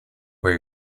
where